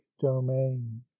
domain